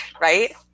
right